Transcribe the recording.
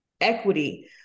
Equity